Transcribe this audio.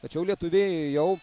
tačiau lietuviai jau